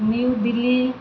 New Delhi